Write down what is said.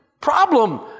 problem